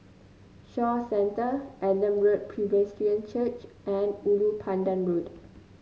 Shaw Center Adam Road Presbyterian Church and Ulu Pandan Road